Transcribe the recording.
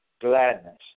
gladness